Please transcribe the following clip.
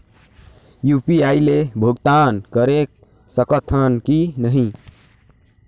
UPI ले भुगतान करे सकथन कि नहीं?